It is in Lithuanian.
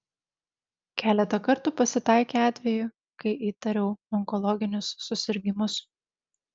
keletą kartų pasitaikė atvejų kai įtariau onkologinius susirgimus